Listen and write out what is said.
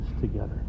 together